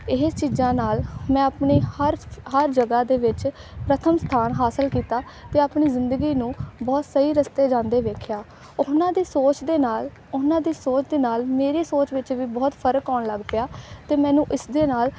ਇਹ ਚੀਜ਼ਾਂ ਨਾਲ ਮੈਂ ਆਪਣੇ ਹਰ ਹਰ ਜਗ੍ਹਾ ਦੇ ਵਿੱਚ ਪ੍ਰਥਮ ਸਥਾਨ ਹਾਸਿਲ ਕੀਤਾ ਅਤੇ ਆਪਣੀ ਜ਼ਿੰਦਗੀ ਨੂੰ ਬਹੁਤ ਸਹੀ ਰਸਤੇ ਜਾਂਦੇ ਵੇਖਿਆ ਉਹਨਾਂ ਦੀ ਸੋਚ ਦੇ ਨਾਲ ਉਹਨਾਂ ਦੀ ਸੋਚ ਦੇ ਨਾਲ ਮੇਰੀ ਸੋਚ ਵਿੱਚ ਵੀ ਬਹੁਤ ਫ਼ਰਕ ਆਉਣ ਲੱਗ ਪਿਆ ਅਤੇ ਮੈਨੂੰ ਇਸ ਦੇ ਨਾਲ